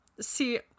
See